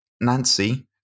Nancy